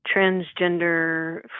transgender